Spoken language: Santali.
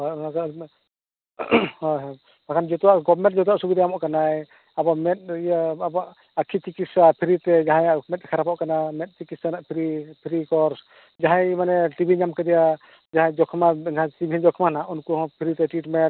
ᱦᱳᱭ ᱚᱱᱟ ᱠᱚ ᱦᱳᱭ ᱦᱳᱭ ᱵᱟᱝᱠᱷᱟᱱ ᱡᱚᱛᱚᱣᱟᱜ ᱜᱚᱵᱽᱢᱮᱱᱴ ᱡᱚᱛᱚᱣᱟᱜ ᱥᱩᱵᱤᱫᱟᱭ ᱮᱢᱚᱜ ᱠᱟᱱᱟ ᱟᱵᱚ ᱢᱮᱫ ᱤᱭᱟᱹ ᱟᱵᱚᱣᱟᱜ ᱟᱹᱠᱷᱤ ᱪᱤᱠᱤᱛᱥᱟ ᱯᱷᱤᱨᱤ ᱛᱮ ᱡᱟᱦᱟᱸᱭᱟᱜ ᱢᱮᱫ ᱠᱷᱟᱨᱟᱯᱚᱜ ᱠᱟᱱᱟ ᱢᱮᱫ ᱪᱤᱠᱤᱛᱥᱟ ᱨᱮᱱᱟᱜ ᱯᱷᱤᱨᱤ ᱯᱷᱤᱨᱤ ᱠᱳᱨᱥ ᱡᱟᱦᱟᱸᱭ ᱢᱟᱱᱮ ᱴᱤᱵᱤ ᱧᱟᱢ ᱠᱟᱫᱮᱭᱟ ᱡᱟᱦᱟᱸᱭ ᱡᱚᱠᱷᱚᱢᱟ ᱡᱟᱦᱟᱸᱭ ᱴᱤᱵᱤ ᱡᱚᱠᱷᱚᱢᱟ ᱦᱟᱜ ᱩᱱᱠᱩ ᱦᱚᱸ ᱯᱷᱤᱨᱤ ᱛᱮ ᱴᱨᱤᱴᱢᱮᱱᱴ